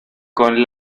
con